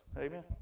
Amen